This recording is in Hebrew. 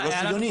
זה לא שוויוני.